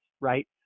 right